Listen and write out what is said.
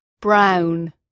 Brown